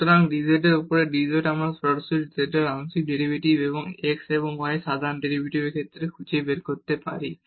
সুতরাং dz এর উপর dz আমরা সরাসরি z এর আংশিক ডেরিভেটিভ এবং x এবং y এর সাধারণ ডেরিভেটিভের ক্ষেত্রে খুঁজে বের করতে পারি